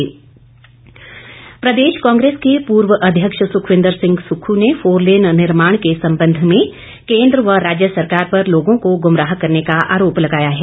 सुक्ख प्रदेश कांग्रेस के पूर्व अध्यक्ष सुखविंदर सिंह सुक्खू ने फोरलेन निर्माण के संबंध में केन्द्र व राज्य सरकार पर लोगों को गुमराह करने का आरोप लगाया है